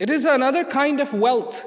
it is another kind of wealth